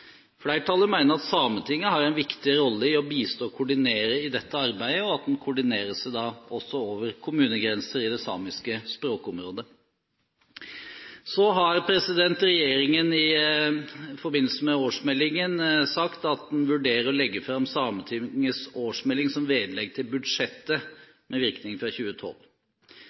Flertallet mener at Sametinget har en viktig rolle i å bistå og koordinere i dette arbeidet, og at det også koordineres over kommunegrenser i det samiske språkområdet. Så har regjeringen i forbindelse med årsmeldingen sagt at man vurderer å legge fram Sametingets årsmelding som vedlegg til budsjettet, med virkning fra 2012.